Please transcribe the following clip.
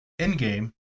Endgame